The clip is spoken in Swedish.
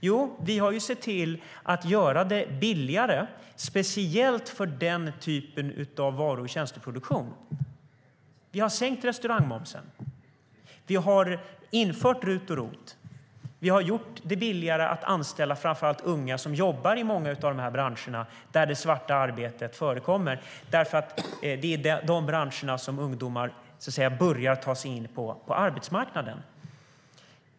Jo, vi har sett till att göra det billigare speciellt för den typen av varu och tjänsteproduktion. Vi har sänkt restaurangmomsen. Vi har infört RUT och ROT. Vi har gjort det billigare att anställda framför allt unga som jobbar i många av de branscherna där det svarta arbetet förekommer. Det är i de branscherna som ungdomar börjar ta sig in på arbetsmarknaden.